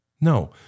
No